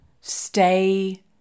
stay